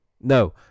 No